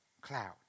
cloud